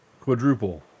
Quadruple